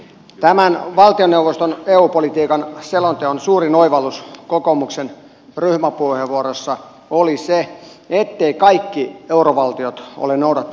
tämän valtioneuvoston eu politiikan selonteon suurin oivallus kokoomuksen ryhmäpuheenvuorossa oli se etteivät kaikki eurovaltiot ole noudattaneet sääntöjä